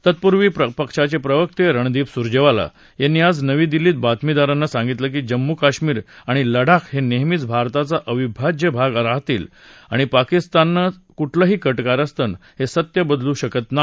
तत्पूर्वी पक्षाचे प्रवक्त रणदीप सुरजेवाला यांनी आज नवी दिल्लीत बातमीदारांना सांगितलं की जम्मू कश्मीर आणि लडाख हे नेहमीच भारताचा अविभाज्य भाग राहतील आणि पाकिस्तानचं कुठलंही कटकारस्थान हे सत्य बदलू शकत नाही